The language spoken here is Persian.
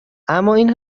امااین